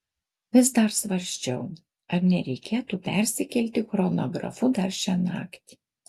vis dar svarsčiau ar nereikėtų persikelti chronografu dar šią naktį